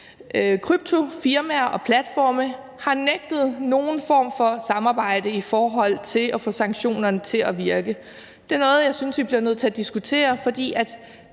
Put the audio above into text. kryptovaluta, har nægtet nogen form for samarbejde om at få sanktionerne til at virke. Det er noget, jeg synes vi bliver nødt til at diskutere, for